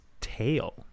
tail